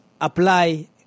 apply